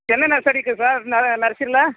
என்னென்ன செடி இருக்குது சார் ந நர்சரியில்